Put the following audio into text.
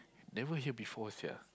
never hear before sia